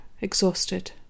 exhausted